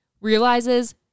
Realizes